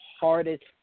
hardest